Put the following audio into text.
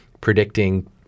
predicting